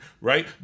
right